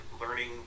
learning